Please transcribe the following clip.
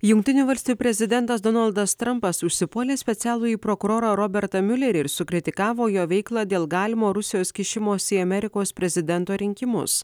jungtinių valstijų prezidentas donaldas trampas užsipuolė specialųjį prokurorą robertą milerį ir sukritikavo jo veiklą dėl galimo rusijos kišimosi į amerikos prezidento rinkimus